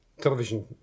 television